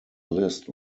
list